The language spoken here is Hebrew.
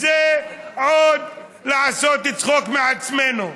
זה לעשות עוד צחוק מעצמנו.